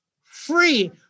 free